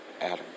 Adam